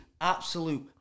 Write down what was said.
absolute